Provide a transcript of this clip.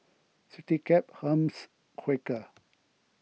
CityCab Hermes Quaker